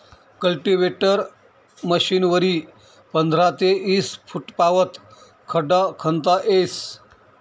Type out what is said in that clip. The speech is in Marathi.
कल्टीवेटर मशीनवरी पंधरा ते ईस फुटपावत खड्डा खणता येस